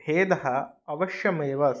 भेदः अवश्यमेव अस्ति